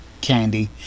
candy